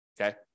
okay